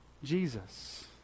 jesus